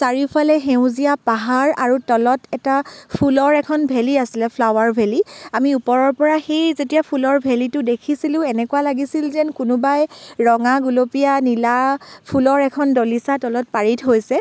চাৰিওফালে সেউজীয়া পাহাৰ আৰু তলত এটা ফুলৰ এখন ভেলী আছিলে ফ্লাৱাৰ ভেলী আমি ওপৰৰ পৰা সেই যেতিয়া ফুলৰ ভেলীটো দেখিছিলোঁ এনেকুৱা লগিছিল যেন কোনোবাই ৰঙা গুলপীয়া নীলা ফুলৰ এখন দলিছা তলত পাৰি থৈছে